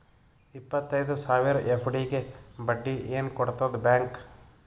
ಇಪ್ಪತ್ತೈದು ಸಾವಿರ ಎಫ್.ಡಿ ಗೆ ಬಡ್ಡಿ ಏನ ಕೊಡತದ ಬ್ಯಾಂಕ್?